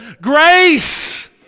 Grace